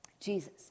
Jesus